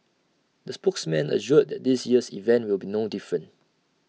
the spokesperson assured that this year's event will be no different